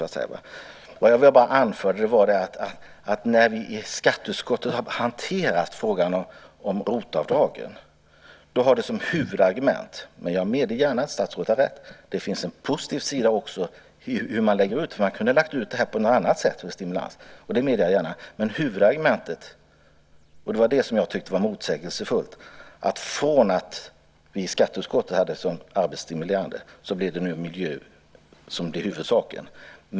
Vad jag anförde var bara något om huvudargumentet när vi i skatteutskottet har hanterat frågan om ROT-avdragen. Jag medger gärna att statsrådet har rätt i att det också finns en positiv sida i hur man lägger ut det. Man hade kunnat lägga ut det på ett annat sätt, denna stimulans. Det medger jag gärna. Men det var huvudargumentet som jag tyckte var motsägelsefullt. Från att vi i skatteutskottet hade arbetsstimulans som huvudargument är det nu miljön som blivit huvudsaken.